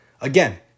Again